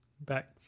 back